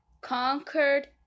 conquered